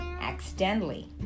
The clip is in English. accidentally